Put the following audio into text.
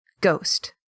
Ghost